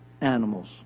animals